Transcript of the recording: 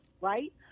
right